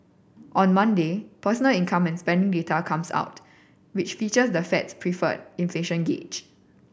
on Monday personal income and spending data comes out which features the Fed's preferred inflation gauge